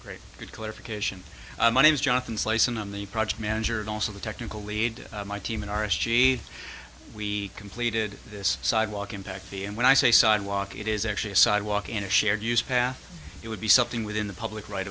great good clarification my name is jonathan slice in on the project manager and also the technical lead my team in aristide's we completed this sidewalk impact the and when i say sidewalk it is actually a sidewalk and a shared use path it would be something within the public right